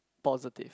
positive